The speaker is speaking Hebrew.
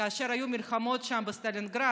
כאשר היו מלחמות שם בסטלינגרד,